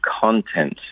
content